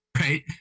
right